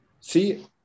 See